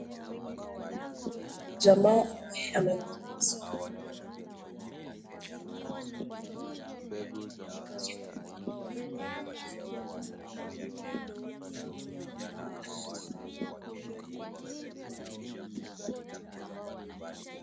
Kuna jamaa ambaye amevaa sweta. Kiatu yake ya. Kiatu yake ya kwa.